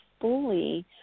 fully